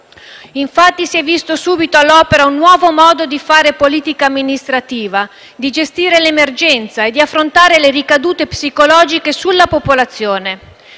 Infatti, si è visto subito all’opera un nuovo modo di fare politica amministrativa, di gestire l’emergenza e di affrontare le ricadute psicologiche sulla popolazione.